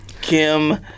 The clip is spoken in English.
Kim